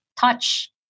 touch